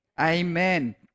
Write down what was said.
Amen